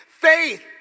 Faith